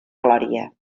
glòria